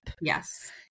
Yes